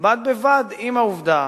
בד בבד עם העובדה